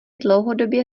dlouhodobě